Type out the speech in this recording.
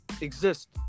exist